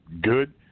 Good